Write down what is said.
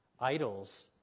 Idols